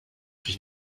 sich